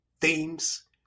themes